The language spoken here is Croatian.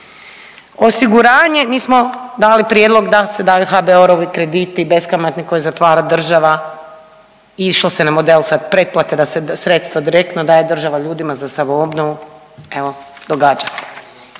osiguranje, mi smo dali prijedlog da se daju HBOR-ovi krediti beskamatni koji zatvara država i išlo se na model sad pretplate da se sredstva direktno daje država za samoobnovu evo događa se,